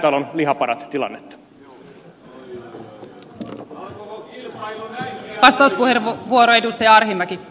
kas näin muuttavat säätytalon lihapadat tilannetta